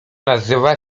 nazywa